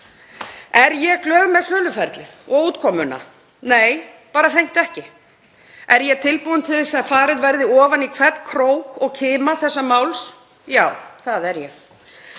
Er ég glöð með söluferlið og útkomuna? Nei, bara hreint ekki. Er ég tilbúin til þess að farið verði ofan í hvern krók og kima þessa máls? Já, það er ég,